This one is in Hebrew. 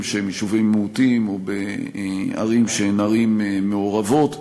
ביישובים שהם יישובי מיעוטים ובערים שהן ערים מעורבות.